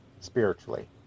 spiritually